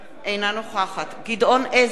אינה נוכחת גדעון עזרא,